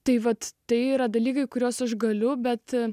tai vat tai yra dalykai kuriuos aš galiu bet